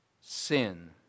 Sin